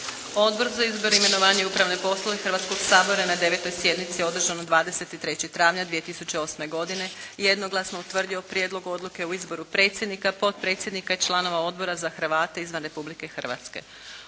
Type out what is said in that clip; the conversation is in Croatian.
Odbor za izbor, imenovanje i upravne poslove Hrvatskog sabora je na 10. sjednici održanoj 25. travnja 2008. godine jednoglasno utvrdio prijedlog Odluke o razrješenju i izboru potpredsjednika Odbora za pravosuđe Hrvatskog